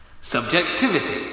Subjectivity